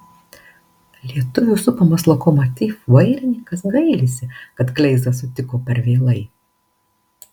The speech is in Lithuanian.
lietuvių supamas lokomotiv vairininkas gailisi kad kleizą sutiko per vėlai